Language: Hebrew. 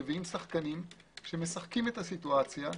מביאים שחקנים שמשחקים את המצב,